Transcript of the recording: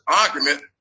argument